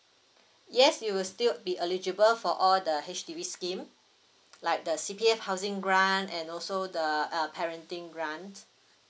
yes you will still be eligible for all the H_D_B scheme like the C_T_F housing grant and also the uh parenting grant